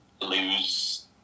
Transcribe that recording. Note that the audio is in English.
lose